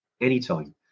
anytime